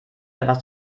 etwas